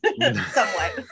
somewhat